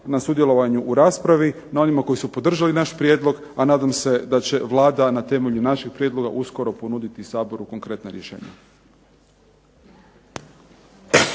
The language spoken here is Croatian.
na sudjelovanju u raspravu, onima koji su podržali naš prijedlog, a nadam se da će Vlada na temelju našeg prijedloga uskoro ponuditi Saboru konkretna rješenja.